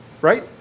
right